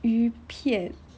鱼片